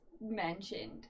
mentioned